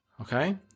Okay